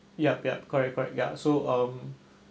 yup yup correct correct ya so um